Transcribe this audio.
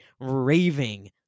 raving